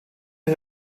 der